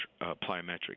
plyometric